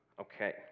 Okay